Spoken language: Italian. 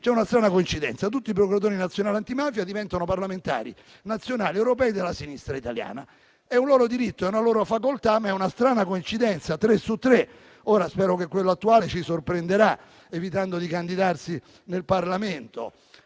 c'è una strana coincidenza, poiché tutti i procuratori nazionali antimafia diventano parlamentari nazionali ed europei della sinistra italiana. È un loro diritto, è una loro facoltà, ma è una strana coincidenza: tre su tre. Spero che quello attuale ci sorprenderà evitando di candidarsi in Parlamento.